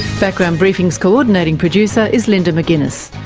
background briefing's coordinating producer is linda mcginness,